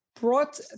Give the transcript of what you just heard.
brought